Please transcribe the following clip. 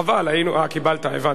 חבל, הבנתי.